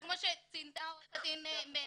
אלא כמו שציינה עו"ד מנע,